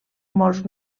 molts